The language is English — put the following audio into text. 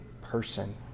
person